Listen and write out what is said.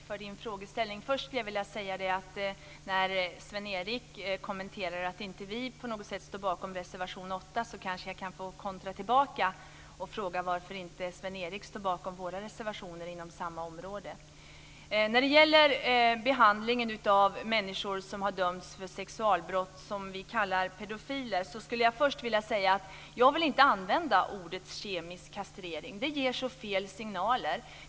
Fru talman! Först vill jag tacka Sven-Erik Sjöstrand för frågeställningen. Sven-Erik kommenterar att vi inte på något sätt står bakom reservation 8. Kanske får jag kontra med frågan varför Sven-Erik inte står bakom våra reservationer inom samma område. När det gäller behandlingen av människor som har dömts för sexualbrott, s.k. pedofiler, skulle jag först vilja säga att jag inte vill använda begreppet kemisk kastrering, för det ger så felaktiga signaler.